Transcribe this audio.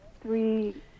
three